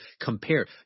compare